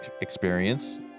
experience